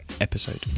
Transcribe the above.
episode